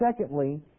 secondly